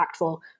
impactful